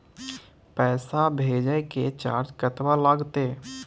पैसा भेजय के चार्ज कतबा लागते?